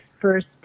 first